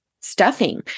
stuffing